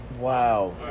Wow